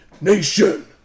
Nation